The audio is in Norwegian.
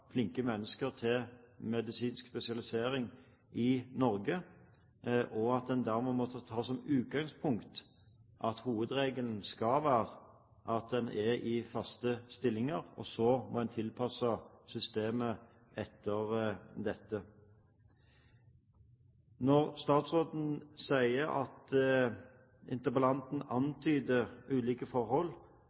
flinke mennesker til medisinsk spesialisering i Norge. Dermed må man ha som utgangspunkt at hovedregelen skal være at en er i fast stilling. Så må en tilpasse systemet etter dette. Når statsråden sier at «interpellanten antyder» ulike forhold,